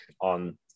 on